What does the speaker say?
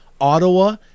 Ottawa